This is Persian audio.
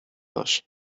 باش